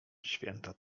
święta